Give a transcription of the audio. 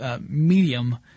medium –